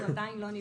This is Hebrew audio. עדיין לא נפגשנו,